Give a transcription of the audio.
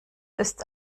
ist